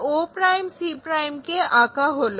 oc কে আঁকা হলো